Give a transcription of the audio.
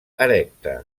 erecta